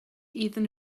iddyn